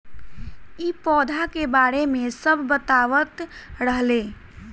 इ पौधा के बारे मे सब बतावत रहले